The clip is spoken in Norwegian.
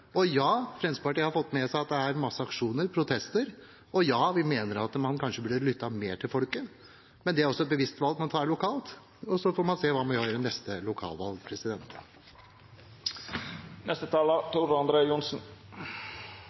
Og ja, Fremskrittspartiet har fått med seg at det er mange aksjoner og protester. Og ja, vi mener at man kanskje burde ha lyttet mer til folket, men det er et bevisst valg man tar lokalt. Så får man se hva som skjer ved neste lokalvalg.